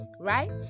right